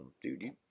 dude